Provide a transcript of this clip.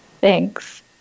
Thanks